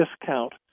discount